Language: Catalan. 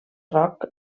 rock